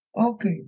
Okay